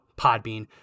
Podbean